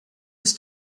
was